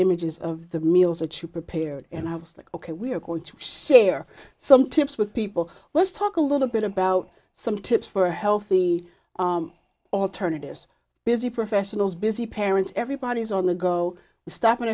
images of the meals that you prepared and i was like ok we're going to share some tips with people let's talk a little bit about some tips for healthy alternatives busy professionals busy parents everybody is on the go to